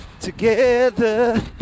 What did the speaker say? together